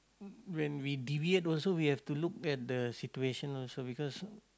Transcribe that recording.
when we deviate also we have to look at situation also because